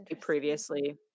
previously